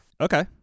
Okay